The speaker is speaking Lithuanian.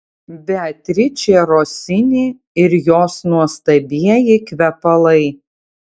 beatričė rosini ir jos nuostabieji kvepalai